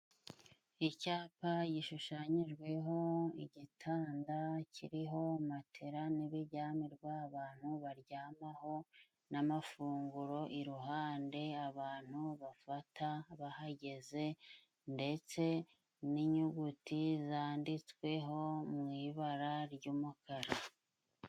Icyapa gishushanyijweho igitanda kiriho matera n'ibiryamirwa abantu baryamaho n'amafunguro iruhande abantu bafata bahageze, ndetse n'inyuguti zanditsweho mu ibara ry'umukara.